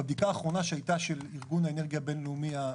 בבדיקה האחרונה שהייתה של ארגון האנרגיה הבין-לאומי,